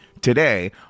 today